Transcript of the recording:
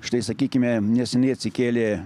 štai sakykime neseniai atsikėlė